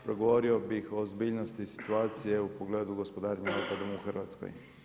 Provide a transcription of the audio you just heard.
Progovorio bih o ozbiljnosti situacije u pogledu gospodarenja otpadom u Hrvatskoj.